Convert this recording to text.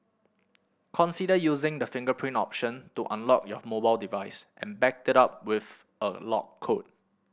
consider using the fingerprint option to unlock your mobile device and back it up with a lock code